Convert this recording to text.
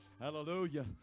Hallelujah